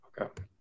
Okay